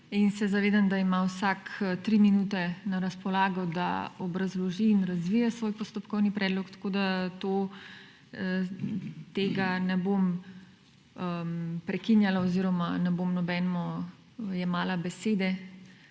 in se zavedam, da ima vsak 3 minute na razpolago, da obrazloži in razvije svoj postopkovni predlog, tako da tega ne bom prekinjala oziroma ne bom nobenemu jemala besede